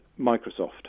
microsoft